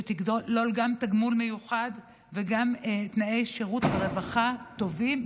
שתכלול גם תגמול מיוחד וגם תנאי שירות ורווחה טובים,